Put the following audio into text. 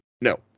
No